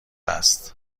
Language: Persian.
است